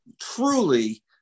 truly